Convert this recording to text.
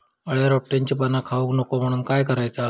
अळ्या रोपट्यांची पाना खाऊक नको म्हणून काय करायचा?